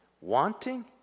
wanting